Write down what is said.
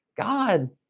God